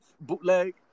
bootleg